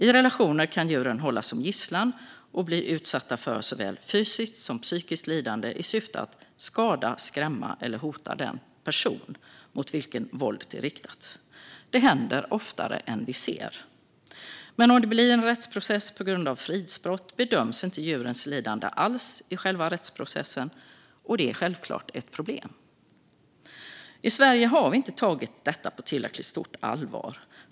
I relationer kan djuren hållas som gisslan och bli utsatta för såväl fysiskt som psykiskt lidande i syfte att skada, skrämma eller hota den person mot vilken våldet är riktat. Det händer oftare än vi ser. Men om det blir en rättsprocess på grund av fridsbrott bedöms inte djurens lidande alls i själva rättsprocessen. Det är självklart ett problem. I Sverige har vi inte tagit detta på tillräckligt stort allvar.